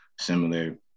similar